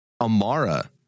Amara